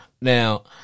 now